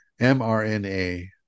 mRNA